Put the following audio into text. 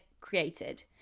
created